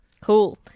Cool